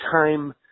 time